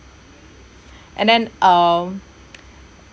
and then um